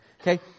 Okay